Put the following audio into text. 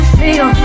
feel